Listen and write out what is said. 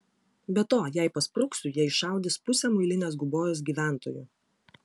be to jei paspruksiu jie iššaudys pusę muilinės gubojos gyventojų